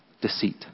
deceit